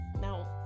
Now